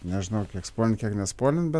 nežinau kiek spoilint kiek nespoilint bet